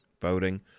voting